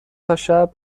تاشب